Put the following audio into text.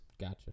Gotcha